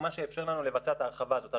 הוא מה שאיפשר לנו לבצע את ההרחבה הזאת.